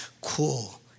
cool